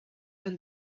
and